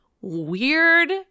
weird